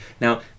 Now